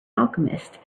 alchemist